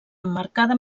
emmarcada